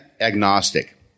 agnostic